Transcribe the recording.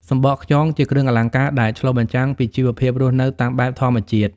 សំបកខ្យងជាគ្រឿងអលង្ការដែលឆ្លុះបញ្ចាំងពីជីវភាពរស់នៅតាមបែបធម្មជាតិ។